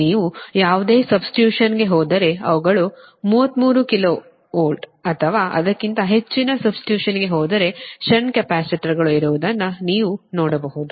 ನೀವು ಯಾವುದೇ ಸಬ್ಸ್ಟಿಟ್ಯೂಶನ್ಗೆ ಹೋದರೆ ಅವುಗಳು 33 KV ಅಥವಾ ಅದಕ್ಕಿಂತ ಹೆಚ್ಚಿನ ಸಬ್ಸ್ಟಿಟ್ಯೂಶನ್ಗೆ ಹೋದರೆ ಷಂಟ್ ಕೆಪಾಸಿಟರ್ಗಳು ಇರುವುದನ್ನು ನೀವು ನೋಡಬಹುದು